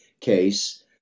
case